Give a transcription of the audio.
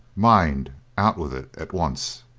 mind out with it at once.